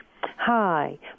Hi